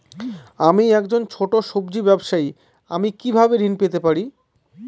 আমি একজন ছোট সব্জি ব্যবসায়ী আমি কিভাবে ঋণ পেতে পারি?